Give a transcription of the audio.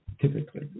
Typically